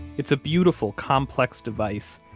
it's a beautiful, complex device.